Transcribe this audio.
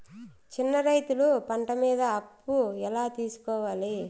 చిన్న రైతులు పంట మీద అప్పు ఎలా తీసుకోవాలి?